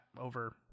over